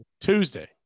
Tuesday